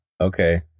Okay